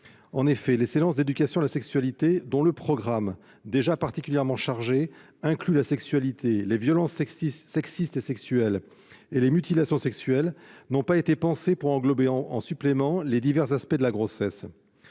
En effet, les séances d'éducation à la sexualité, dont le programme- déjà particulièrement chargé -inclut la sexualité, les violences sexistes et sexuelles et les mutilations sexuelles, n'ont pas été pensées pour englober, au surplus, les divers aspects de la grossesse.